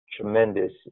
tremendous